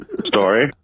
story